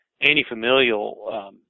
anti-familial